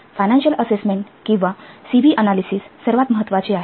financial assessment किंवा C B analysis सर्वात महत्वाचे आहे